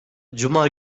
cuma